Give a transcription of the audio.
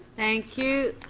thank you.